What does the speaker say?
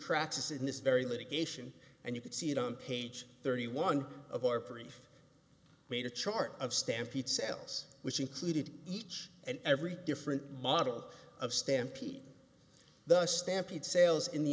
practice in this very litigation and you can see it on page thirty one of our free made a chart of stampede sales which included each and every different model of stampede the stampede sales in the